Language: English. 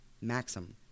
maxim